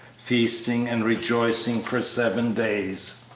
feasting and rejoicing, for seven days.